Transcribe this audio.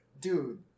dude